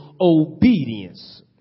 obedience